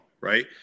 Right